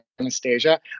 Anastasia